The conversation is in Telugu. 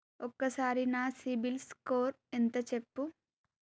ఒక్కసారి నా సిబిల్ స్కోర్ ఎంత చెప్పు?